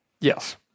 Yes